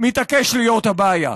מתעקש להיות הבעיה.